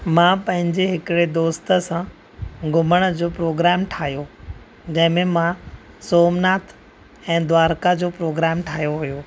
मा पंहिंजे हिकिड़े दोस्त सां घुमणु जो प्रोग्राम ठाहियो जंहिंमें मां सोमनाथ ऐ द्वारका जो प्रोग्राम ठाहियो हुयो